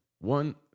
One